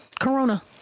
Corona